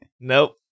Nope